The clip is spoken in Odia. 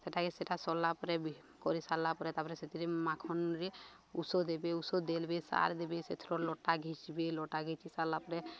ସେଟାକେ ସେଟା ସରିଲା ପରେ ବି କରି ସାରିଲା ପରେ ତାପରେ ସେଥିରେ ମାଖନରେ ଔଷଧ ଦେବେ ଔଷଧ ଦେଲେବି ସାର ଦେବେ ସେଥିର ଲଟା ଘିଚିବେ ଲଟା ଘିଚି ସାରିଲା ପରେ